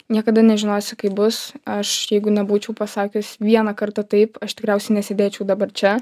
niekada nežinosi kaip bus aš jeigu nebūčiau pasakius vieną kartą taip aš tikriausiai nesėdėčiau dabar čia